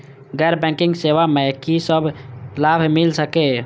गैर बैंकिंग सेवा मैं कि सब लाभ मिल सकै ये?